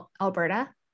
Alberta